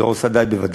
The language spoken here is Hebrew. היא לא עושה די בוודאי,